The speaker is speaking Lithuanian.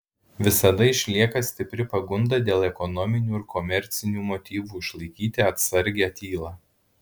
visada išlieka stipri pagunda dėl ekonominių ir komercinių motyvų išlaikyti atsargią tylą